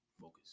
Focus